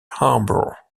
harbour